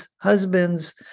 husbands